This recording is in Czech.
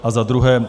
A za druhé.